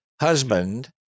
husband